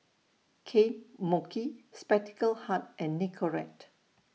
Kane Mochi Spectacle Hut and Nicorette